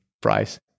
price